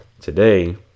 today